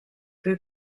peut